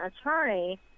attorney